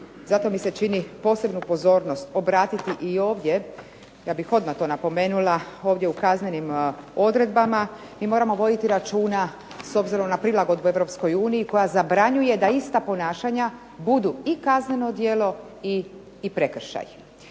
Zato mi se čini posebnu pozornost obratiti i ovdje, ja bih odmah to napomenula ovdje u kaznenim odredbama, mi moramo voditi računa s obzirom na prilagodbu Europskoj uniji koja zabranjuje da ista ponašanja budu i kazneno djelo i prekršaj.